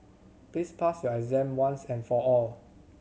please pass your exam once and for all